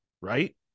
right